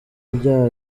ibyaha